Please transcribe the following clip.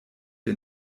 wir